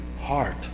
heart